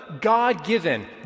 God-given